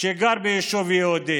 שגר ביישוב יהודי.